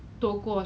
but then